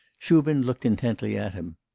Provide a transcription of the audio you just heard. shubin looked intently at him.